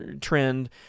trend